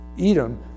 Edom